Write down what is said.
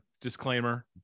disclaimer